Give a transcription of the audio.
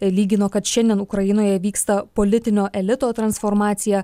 lygino kad šiandien ukrainoje vyksta politinio elito transformacija